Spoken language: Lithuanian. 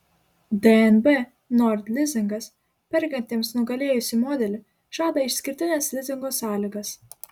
dnb nord lizingas perkantiems nugalėjusį modelį žada išskirtines lizingo sąlygas